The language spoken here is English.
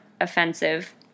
offensive